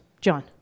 John